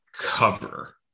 cover